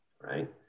right